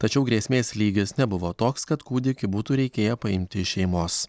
tačiau grėsmės lygis nebuvo toks kad kūdikį būtų reikėję paimti iš šeimos